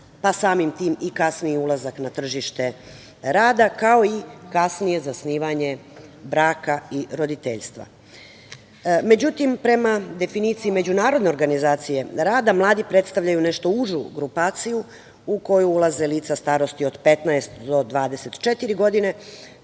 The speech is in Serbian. pa samim tim i kasniji ulazak na tržište rada, kao i kasnije zasnivanje braka i roditeljstva. Međutim, prema definiciji Međunarodne organizacije rada, mladi predstavljaju nešto užu grupaciju u koju ulaze lica starosti od 15 do 24 godine,